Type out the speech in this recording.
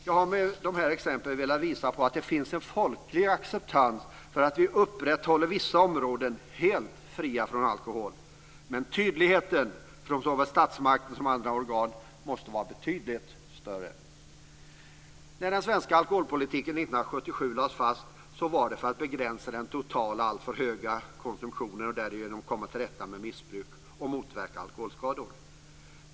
Jag har med dessa exempel velat visa på att det finns en folklig acceptans för att vi håller vissa områden helt fria från alkohol. Men tydligheten från såväl statsmakten och andra organ måste vara betydligt större. När den svenska alkoholpolitiken år 1977 lades fast var det för att begränsa den totala alltför höga konsumtionen och därigenom komma till rätta med missbruk och motverka alkoholskador.